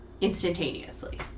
instantaneously